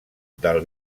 del